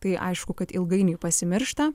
tai aišku kad ilgainiui pasimiršta